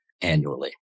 annually